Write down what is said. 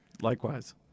Likewise